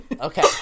Okay